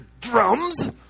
drums